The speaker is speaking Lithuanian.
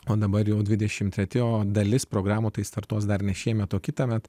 o dabar jau dvidešimtmetį o dalis programų tai startuos dar šiemet o kitąmet